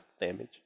damage